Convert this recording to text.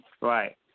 Right